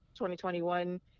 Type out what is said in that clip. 2021